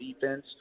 defense